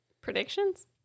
Predictions